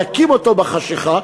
להקים אותו בחשכה.